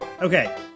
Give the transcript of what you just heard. Okay